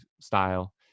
style